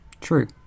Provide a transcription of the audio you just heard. True